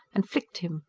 and flicked him.